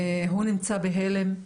הוא נמצא בהלם,